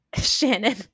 Shannon